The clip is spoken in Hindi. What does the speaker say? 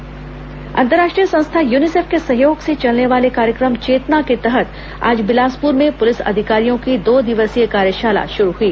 यूनिसेफ कार्यशाला अंतर्राष्ट्रीय संस्था यूनिसेफ के सहयोग से चलने वाले कार्यक्रम चेतना के तहत आज बिलासपुर में पुलिस अधिकारियों की दो दिवसीय कार्यशाला शुरू हुई